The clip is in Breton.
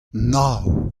nav